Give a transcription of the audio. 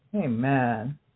Amen